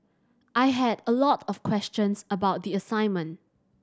I had a lot of questions about the assignment